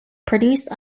produced